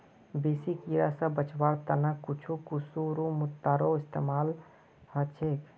बेसी कीरा स बचवार त न कुछू कुकुरमुत्तारो इस्तमाल ह छेक